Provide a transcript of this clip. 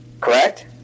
Correct